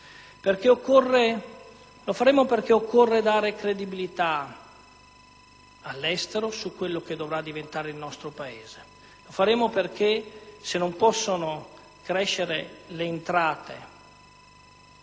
Lo faremo perché occorre dare credibilità all'estero su quello che dovrà diventare il nostro Paese; lo faremo perché, se non possono crescere le entrate,